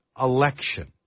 election